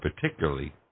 particularly